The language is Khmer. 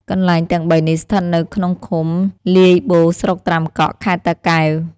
កន្លែងទាំងបីនេះ ស្ថិតនៅក្នុងឃុំ លាយបូរស្រុកត្រាំកក់ ខេត្តតាកែវ ។